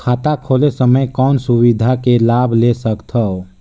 खाता खोले समय कौन का सुविधा के लाभ ले सकथव?